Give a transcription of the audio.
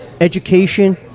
education